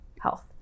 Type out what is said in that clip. health